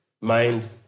mind